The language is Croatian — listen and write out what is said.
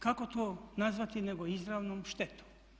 Kako to nazvati, nego izravnom štetom?